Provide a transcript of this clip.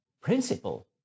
principle